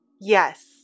yes